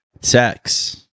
Sex